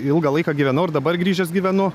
ilgą laiką gyvenau ir dabar grįžęs gyvenu